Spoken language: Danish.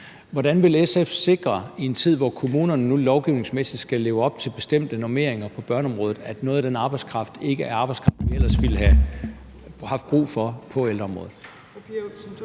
Hvordan vil SF sikre – i en tid, hvor kommunerne nu lovgivningsmæssigt skal leve op til bestemte normeringer på børneområdet – at noget af den arbejdskraft ikke er arbejdskraft, vi ellers ville have haft brug for på ældreområdet?